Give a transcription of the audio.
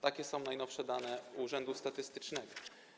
Takie są najnowsze dane urzędu statystycznego.